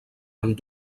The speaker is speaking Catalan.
amb